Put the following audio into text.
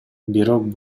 бирок